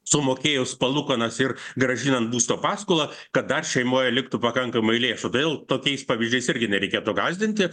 sumokėjus palūkanas ir grąžinant būsto paskolą kad dar šeimoje liktų pakankamai lėšų todėl tokiais pavyzdžiais irgi nereikėtų gąsdinti